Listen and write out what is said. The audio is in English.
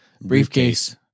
briefcase